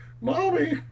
mommy